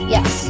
Yes